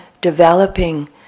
developing